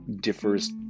differs